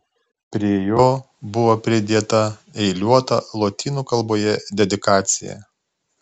prie jo buvo pridėta eiliuota lotynų kalboje dedikacija